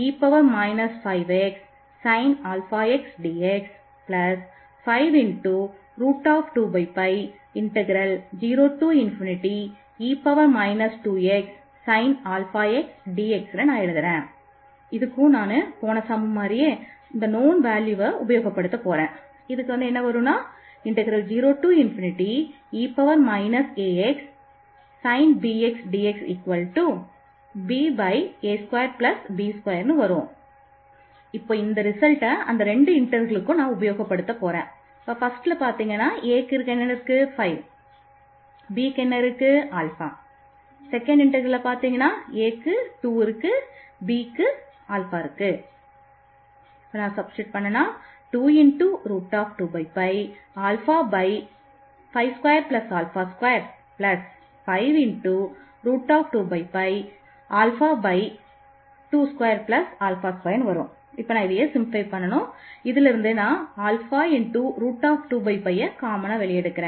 முதலில் இந்த ஃபங்க்ஷனுக்கு